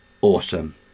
awesome